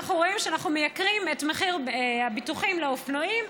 אנחנו רואים שאנחנו מייקרים את מחיר הביטוחים לאופנועים,